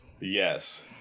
Yes